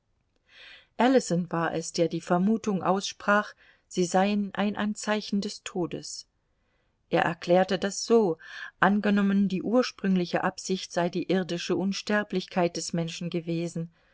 ellison war es der die vermutung aussprach sie seien ein anzeichen des todes er erklärte das so angenommen die ursprüngliche absicht sei die irdische unsterblichkeit des menschen gewesen